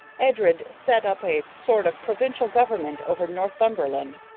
edred set up a sort of provincial government over northumberland,